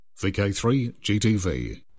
VK3GTV